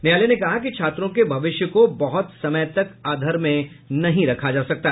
न्यायालय ने कहा कि छात्रों के भविष्य को बहुत समय तक अधर में नहीं रखा जा सकता